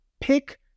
Pick